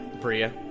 Bria